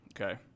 Okay